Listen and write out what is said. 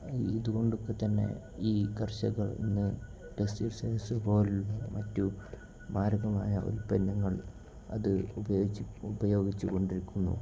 ഇതുകൊണ്ടൊക്കെ തന്നെ ഈ കർഷകര് ഇന്ന് പെസ്റ്റിസൈഡ്സ് പോലുള്ള മറ്റു മാരകമായ ഉൽപ്പന്നങ്ങൾ അത് ഉപയോഗിച്ച് ഉപയോഗിച്ചുകൊണ്ടിരിക്കുന്നു